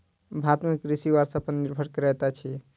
भारत में कृषि वर्षा पर निर्भर करैत अछि